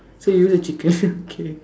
so you the chicken okay